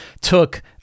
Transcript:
took